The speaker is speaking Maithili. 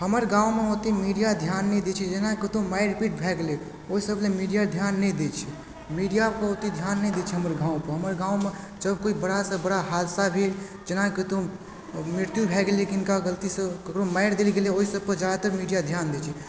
हमर गाँवमे ओते मीडिया ध्यान नहि दै छै जेना कतहु मारि पीट भए गेलय ओइ सब लए मीडिया ध्यान नहि दै छै मीडिया तऽ ओते ध्यान नहि दै छै हमर गाँवपर हमर गाँवमे जब कोइ बड़ा सँ बड़ा हादसा भी जेना कतहु मृत्यु भए गेलय किनका गलतीसँ ककरो मारि देल गेलय ओइ सबपर जादातर मीडिया ध्यान दै छै